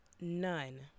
none